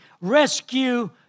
rescue